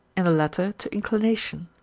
in the latter to inclination.